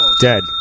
Dead